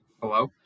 Hello